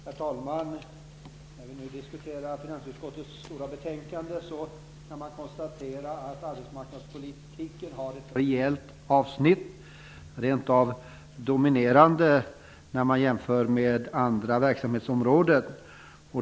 Herr talman! När vi nu diskuterar finansutskottets stora betänkande kan vi konstatera att arbetsmarknadspolitiken upptar ett rejält avsnitt, rent av dominerande jämfört med andra verksamhetsområden.